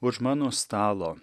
už mano stalo